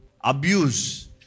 abuse